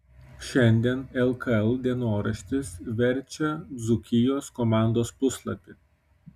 šiandien lkl dienoraštis verčia dzūkijos komandos puslapį